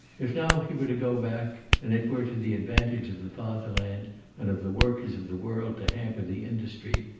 if now he were to go back, and it were to the advantage of the fatherland and of the workers of the world to hamper the industry,